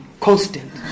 constant